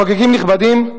מחוקקים נכבדים,